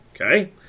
okay